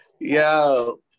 yo